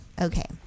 Okay